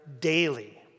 daily